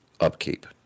upkeep